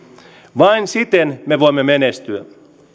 vain siten me voimme menestyä